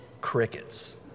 Crickets